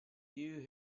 you